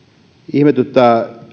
ihmetyttää